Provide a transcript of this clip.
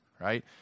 right